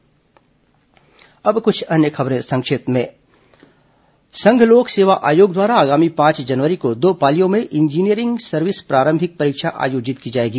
संक्षिप्त समाचार अब कुछ अन्य खबरें संक्षिप्त में संघ लोक सेवा आयोग द्वारा आगामी पांच जनवरी को दो पालियों में इंजीनियरिंग सर्विस प्रारंभिक परीक्षा आयोजित की जाएगी